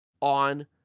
on